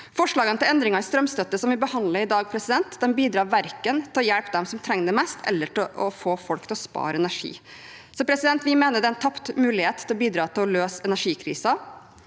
Forslagene til endringer i strømstøtte som vi behandler i dag, bidrar verken til å hjelpe dem som trenger det mest, eller til å få folk til å spare energi. Vi mener dette er en tapt mulighet til å bidra til å løse energikrisen,